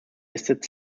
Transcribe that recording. listed